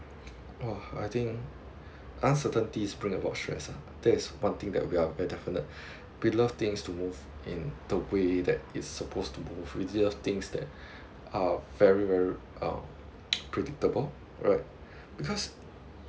!wah! I think uncertainties bring about stress ah that is one thing that we are very definite we love things to move in the way that it's supposed to move we love things that are very very um predictable alright because